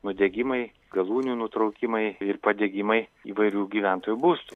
nudegimai galūnių nutraukimai ir padegimai įvairių gyventojų būstų